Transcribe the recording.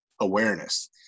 awareness